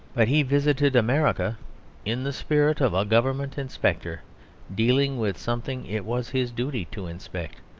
but he visited america in the spirit of a government inspector dealing with something it was his duty to inspect.